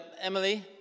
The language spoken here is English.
Emily